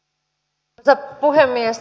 arvoisa puhemies